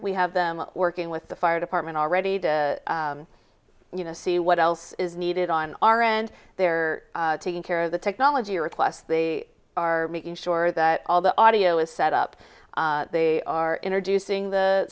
we have them working with the fire department already to you know see what else is needed on our end they're taking care of the technology or plus they are making sure that all the audio is set up they are introducing the